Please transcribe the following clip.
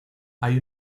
hay